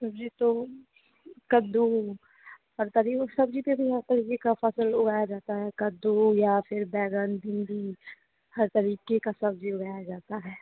जी तो कद्दू हर तरी वह सब्ज़ी पर भी तो हर तरीक़े की फ़सल उगाई जाती है कद्दू या फिर बैंगन भिंडी हर तरीक़े की सब्ज़ी उगाई जाती है